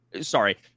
sorry